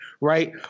right